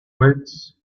weights